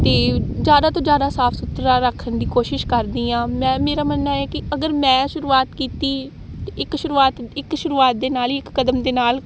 ਅਤੇ ਜ਼ਿਆਦਾ ਤੋਂ ਜ਼ਿਆਦਾ ਸਾਫ ਸੁਥਰਾ ਰੱਖਣ ਦੀ ਕੋਸ਼ਿਸ਼ ਕਰਦੀ ਹਾਂ ਮੈਂ ਮੇਰਾ ਮੰਨਣਾ ਹੈ ਕਿ ਅਗਰ ਮੈਂ ਸ਼ੁਰੂਆਤ ਕੀਤੀ ਇੱਕ ਸ਼ੁਰੂਆਤ ਇੱਕ ਸ਼ੁਰੂਆਤ ਦੇ ਨਾਲ ਹੀ ਇੱਕ ਕਦਮ ਦੇ ਨਾਲ